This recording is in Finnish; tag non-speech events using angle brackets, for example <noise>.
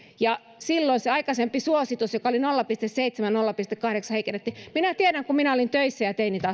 ja silloin sitä aikaisempaa suositusta joka oli nolla pilkku seitsemän viiva nolla pilkku kahdeksan heikennettiin minä tiedän kun minä olin töissä ja tein niitä <unintelligible>